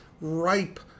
ripe